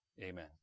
Amen